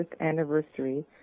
anniversary